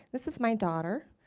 this is my daughter.